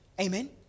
Amen